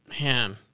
Man